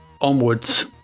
onwards